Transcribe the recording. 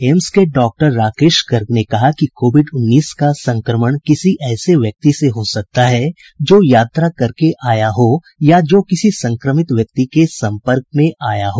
AIIMS के doctor Rakesh Garg ने कहा है कि कोविड उन्नीस का संक्रमण किसी ऐसे व्यक्ति से हो सकता है जो यात्रा करके आया हो या जो किसी संक्रमित व्यक्ति के सम्पर्क में आया हो